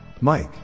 Mike